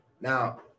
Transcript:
Now